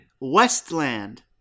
Westland